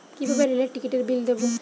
কিভাবে রেলের টিকিটের বিল দেবো?